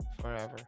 forever